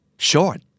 Short